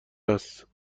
است